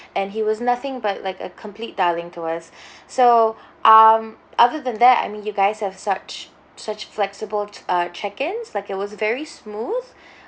and he was nothing but like a complete darling to us so um other than that I mean you guys have such such flexible t~ err check ins like it was very smooth